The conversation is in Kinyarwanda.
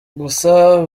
gusa